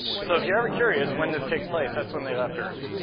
so, if you're ever curious when this takes place, that's when they left earth.